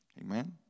Amen